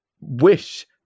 wish